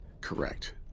Correct